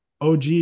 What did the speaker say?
OG